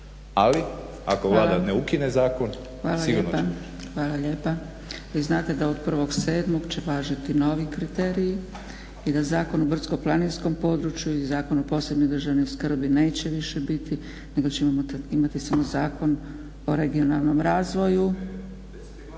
Ali ako Vlada ne ukine zakon sigurno će. **Zgrebec, Dragica (SDP)** Hvala. Vi znate da od 1.7. će važiti novi kriteriji i da Zakon o brdsko-planinskom području i Zakon od posebne državne skrbi neće više biti nego ćemo imati samo Zakon o regionalnom razvoju.